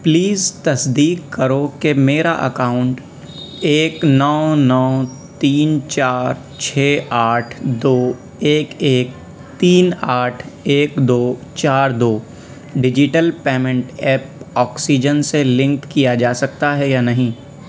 please تصدیق کرو کہ میرا اکاؤنٹ ايک نو نو تين چار چھ آٹھ دو ایک ایک تین آٹھ ایک دو چار دو ڈیجیٹل پیمنٹ ایپ آکسیجن سے لنک کیا جا سکتا ہے یا نہیں